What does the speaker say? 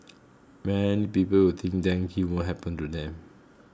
many people think dengue won't happen to them